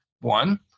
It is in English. one